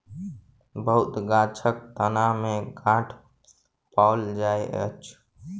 बहुत गाछक तना में गांठ पाओल जाइत अछि